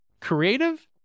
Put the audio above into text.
creative